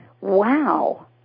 Wow